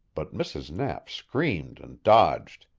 but mrs. knapp screamed and dodged.